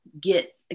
get